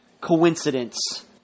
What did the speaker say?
coincidence